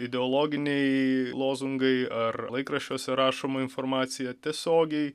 ideologiniai lozungai ar laikraščiuose rašoma informacija tiesiogiai